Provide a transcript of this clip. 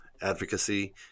advocacy